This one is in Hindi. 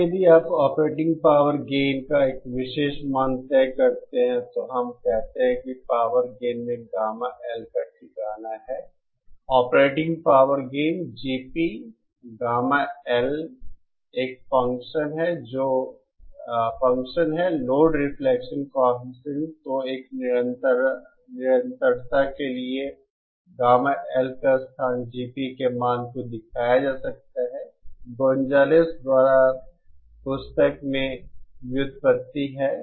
अब यदि आप ऑपरेटिंग पावर गेन का एक विशेष मान तय करते हैं तो हम कहते हैं कि पावर गेन में गामा L का ठिकाना है operating power gain GP gamma L का एक फ़ंक्शन है लोड रिफ्लेक्शन कॉएफिशिएंट तो एक निरंतरता के लिए गामा L का स्थान GP के मान को दिखाया जा सकता है गोंजालेस द्वारा पुस्तक में व्युत्पत्ति है